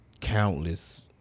countless